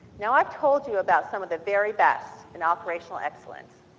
now i've told you about some of the very best in operational excellence.